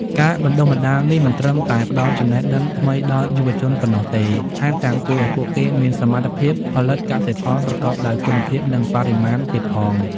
ការបណ្តុះបណ្តាលនេះមិនត្រឹមតែផ្តល់ចំណេះដឹងថ្មីដល់យុវជនប៉ុណ្ណោះទេ ថែមទាំងជួយឱ្យពួកគេមានសមត្ថភាពផលិតកសិផលប្រកបដោយគុណភាពនិងបរិមាណទៀតផង។